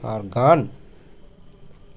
আর গান